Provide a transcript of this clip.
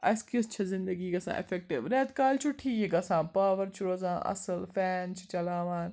اسہِ کِژھ چھِ زِندگی گژھان ایٚفیٚکٹِو ریٚتہٕ کالہِ چھُ ٹھیٖک گَژھان پاوَر چھُ روزان اصٕل فین چھِ چَلاوان